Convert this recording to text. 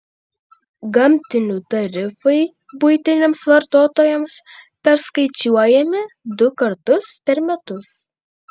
gamtinių tarifai buitiniams vartotojams perskaičiuojami du kartus per metus